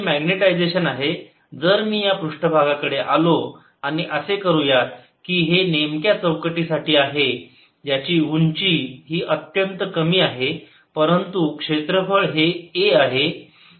हे मॅग्नेटायजेशन आहे जर मी या पृष्ठभागाकडे आलो आणि असे करूयात की हे या नेमक्या चौकटी साठी आहे ज्याची उंची ही अत्यंत कमी आहे परंतू क्षेत्रफळ हे a आहे